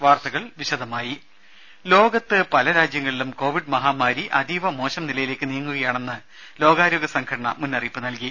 വാർത്തകൾ വിശദമായി ലോകത്ത് പല രാജ്യങ്ങളിലും കോവിഡ് മഹാമാരി അതീവ മോശം നിലയിലേക്ക് നീങ്ങുകയാണെന്ന് ലോകാരോഗ്യ സംഘടന മുന്നറിയിപ്പ് നൽകി